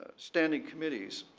ah standing committees.